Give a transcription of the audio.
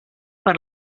per